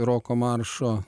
roko maršo